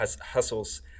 hustles